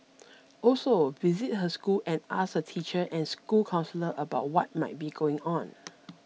also visit her school and ask her teacher and school counsellor about what might be going on